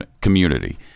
community